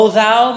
thou